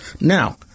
Now